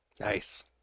Nice